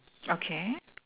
okay